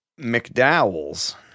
mcdowell's